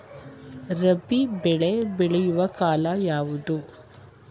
ರಾಬಿ ಬೆಳೆ ಬೆಳೆಯುವ ಕಾಲ ಯಾವುದು?